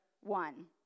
one